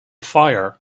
fire